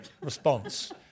response